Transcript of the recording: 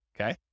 Okay